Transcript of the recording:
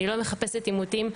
אני לא מחפשת עימותים,